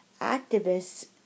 Activists